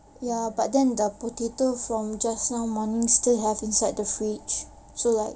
ya but then the potato from just now morning still have inside the fridge so like